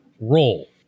role